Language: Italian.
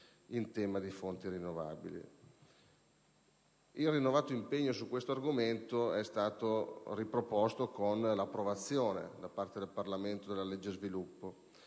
Il rinnovato impegno su questo argomento è stato riproposto con l'approvazione, da parte del Parlamento, della cosiddetta legge sviluppo.